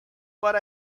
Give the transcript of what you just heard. but